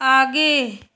आगे